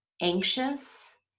anxious